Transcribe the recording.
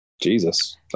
Jesus